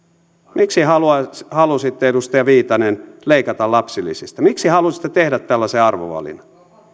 miksi halusitte halusitte edustaja viitanen leikata lapsilisistä miksi halusitte tehdä tällaisen arvovalinnan